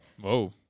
Whoa